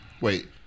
Wait